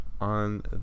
On